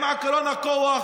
עם עקרון הכוח,